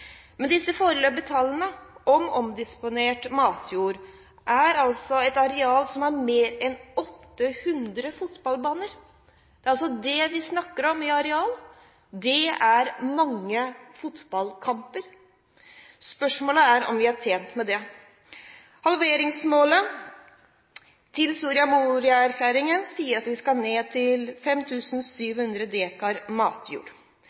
er større enn 800 fotballbaner. Det vi snakker om i areal, er altså mange fotballkamper. Spørsmålet er om vi er tjent med det. Halveringsmålet i Soria Moria-erklæringen sier at omdisponeringen skal ned til 5 700 dekar matjord.